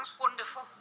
Wonderful